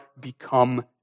become